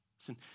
Listen